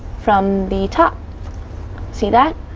from the top see that?